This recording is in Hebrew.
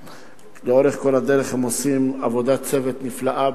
שלאורך כל הדרך הם עושים עבודת צוות נפלאה.